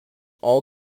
all